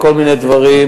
כל מיני דברים,